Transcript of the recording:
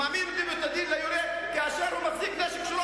והיו מעמידים לדין את היורה כאשר הוא מחזיק נשק שהוא,